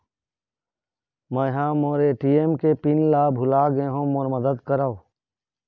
मै ह मोर ए.टी.एम के पिन ला भुला गे हों मोर मदद करौ